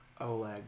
Oleg